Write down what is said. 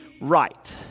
right